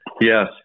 Yes